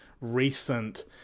recent